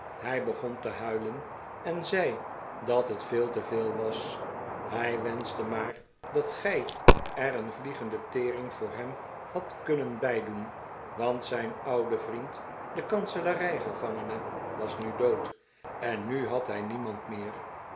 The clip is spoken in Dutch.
hij begon te huilen en zei dat het veel te veel was hij wenschte maar dat gij er een vliegende tering voor hem hadt kunnen bij doen want zijn oude vriend de kanselarijgevangene was nu dood en nu had hij niemand meer